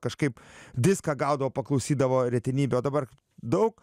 kažkaip viską gaudavo paklausydavo retenybė o dabar daug